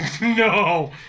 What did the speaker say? No